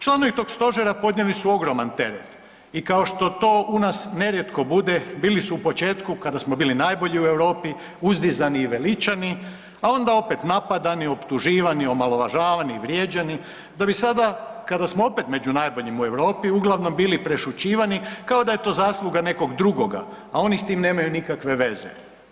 Članovi tog Stožera podnijeli su ogroman teret, i kao što to u nas nerijetko bude, bili su u početku kada smo bili najbolji u Europi, uzdizani i veličani, a onda opet napadani, optuživani, omalovažavani, vrijeđani, da bi sada kada smo opet među najboljima u Europi uglavnom bili prešućivani, kao da je to zasluga nekoga drugoga, a oni s tim nemaju nikakve veze.